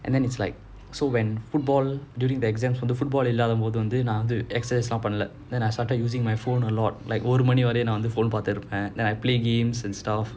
and then it's like so when football during the exams வந்து:vanthu football இல்லாத அப்போ நான் வந்து:illaatha appo naan vanthu excercise பண்ணல:pannala then I started using my phone a lot like ஒரு மணி வரைக்கும் நான்:oru mani varaikum naan phone பாத்துட்டு இருப்பேன்:paathutu iruppaen then I played games and stuff